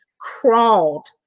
crawled